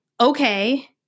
okay